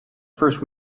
first